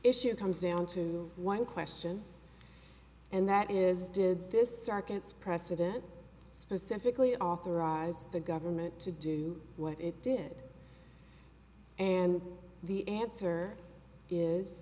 issue comes down to one question and that is did this circuit's president specifically authorize the government to do what it did and the answer is